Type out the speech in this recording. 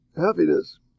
Happiness